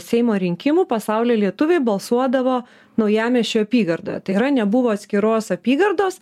seimo rinkimų pasaulio lietuviai balsuodavo naujamiesčio apygardoje tai yra nebuvo atskiros apygardos